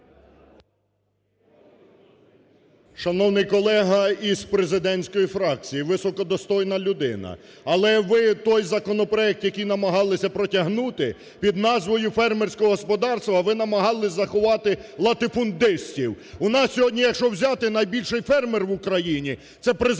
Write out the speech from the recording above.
Шановний колего із президентської фракції, високодостойна людина! Але ви той законопроект, який намагалися "протягнути", під назвою "фермерського господарства" ви намагались заховати латифундистів. У нас сьогодні, якщо взяти, найбільший фермер в Україні – це Президент